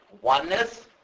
oneness